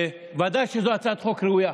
ודאי שזו הצעת חוק ראויה,